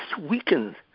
weakened